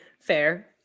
Fair